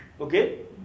Okay